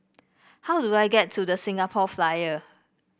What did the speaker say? how do I get to The Singapore Flyer